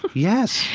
yes.